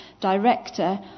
director